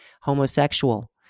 homosexual